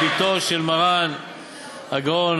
לא שומע.